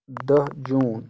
دہ جوٗن